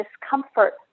discomfort